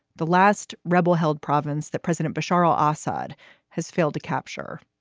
the last rebel held province that president bashar al assad has failed to capture.